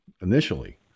initially